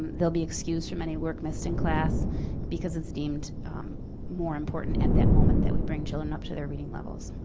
they'll be excused from any work missed in class because it's deemed more important at that moment that we bring children to their reading levels.